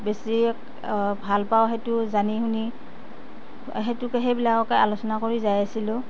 বেছি ভাল পাওঁ সেইটো জানি শুনি সেইটোকে সেইবিলাককে আলোচনা কৰি যাই আছিলোঁ